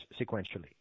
sequentially